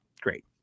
Great